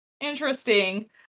interesting